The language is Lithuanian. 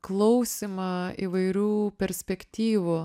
klausymą įvairių perspektyvų